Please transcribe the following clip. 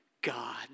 God